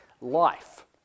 life